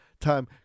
time